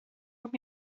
with